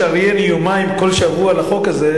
לשריין יומיים כל שבוע לחוק הזה,